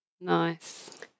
nice